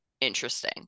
interesting